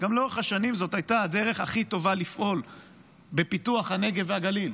גם לאורך השנים זאת הייתה הדרך הכי טובה לפעול לפיתוח הנגב והגליל.